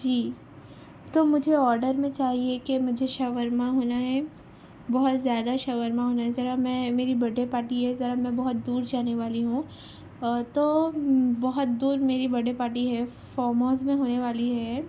جی تو مجھے آرڈر میں چاہیے کہ مجھے شاورما ہونا ہے بہت زیادہ شورما ہونا ہے ذرا میں میری بڈے پارٹی ہے ذرا میں بہت دور جانے والی ہوں تو بہت دور میری بڈے پارٹی ہے فارم ہاؤس میں ہونے والی ہے